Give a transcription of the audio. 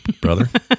brother